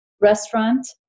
restaurant